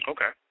Okay